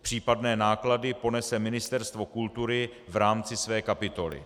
Případné náklady ponese Ministerstvo kultury v rámci své kapitoly.